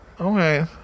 Okay